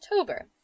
October